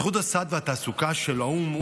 סוכנות הסעד והתעסוקה של האו"ם,